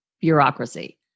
bureaucracy